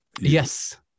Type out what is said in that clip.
Yes